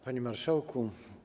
Panie Marszałku!